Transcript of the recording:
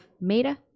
Meta